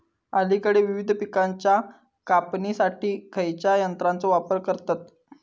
अलीकडे विविध पीकांच्या काढणीसाठी खयाच्या यंत्राचो वापर करतत?